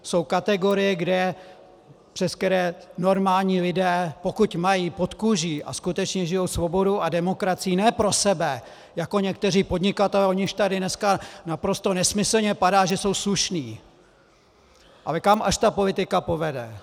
Jsou kategorie, přes které normální lidé, pokud mají pod kůží a skutečně žijí svobodu a demokracii ne pro sebe jako někteří podnikatelé, o nichž tady dneska naprosto nesmyslně padá, že jsou slušní, ale kam až ta politika povede.